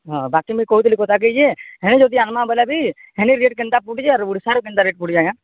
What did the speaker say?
ହଁ ବାକି ବି କହୁଥିଲି କଥା କେକଇ ଯେ ହେନି ଯଦି ଆଲମା ବଲା ବି ହେନି ରେଟ୍ କେନ୍ତା ପଡ଼ିଯିବ ଆ ଓଡ଼ିଶାର କେନ୍ତା ରେଟ୍ ପଡ଼ିଯିବ ଆଜ୍ଞା